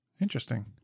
interesting